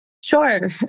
Sure